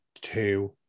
Two